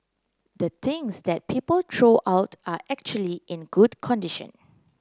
the things that people throw out are actually in good condition